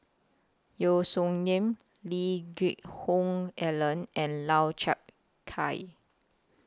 Yeo Song Nian Lee Geck Hoon Ellen and Lau Chiap Khai